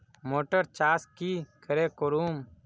Motor चास की करे करूम?